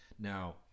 Now